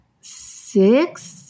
six